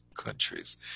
countries